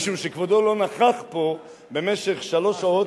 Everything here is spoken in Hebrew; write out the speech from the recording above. משום שכבודו לא נכח פה במשך שלוש שעות,